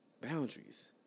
boundaries